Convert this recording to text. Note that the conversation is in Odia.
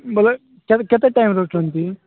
ବୋଲେ କେତେ କେତେ ଟାଇମରେ ରହୁଛନ୍ତି